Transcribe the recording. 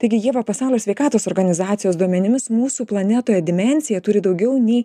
taigi ieva pasaulio sveikatos organizacijos duomenimis mūsų planetoje dimensiją turi daugiau nei